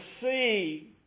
see